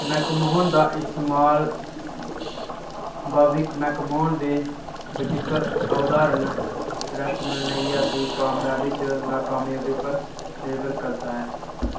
मैक्कमोहन दा इस्तेमाल बाबिक मैक्कमोहन दे बचित्तर अवधारण रेसलमेनिया दी कामयाबी च नकामयाबी उप्पर निर्भर करदा ऐ